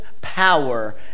power